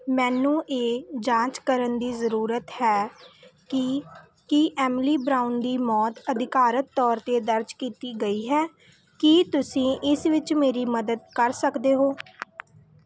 ਮੈਨੂੰ ਇਹ ਜਾਂਚ ਕਰਨ ਦੀ ਜ਼ਰੂਰਤ ਹੈ ਕਿ ਕੀ ਐਮਿਲੀ ਬਰਾਊਨ ਦੀ ਮੌਤ ਅਧਿਕਾਰਤ ਤੌਰ 'ਤੇ ਦਰਜ ਕੀਤੀ ਗਈ ਹੈ ਕੀ ਤੁਸੀਂ ਇਸ ਵਿੱਚ ਮੇਰੀ ਮਦਦ ਕਰ ਸਕਦੇ ਹੋ